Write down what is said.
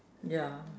ya